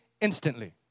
instantly